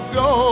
go